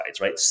right